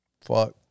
fuck